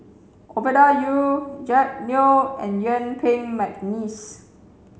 Ovidia Yu Jack Neo and Yuen Peng McNeice